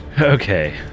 Okay